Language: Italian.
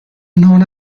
non